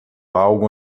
algo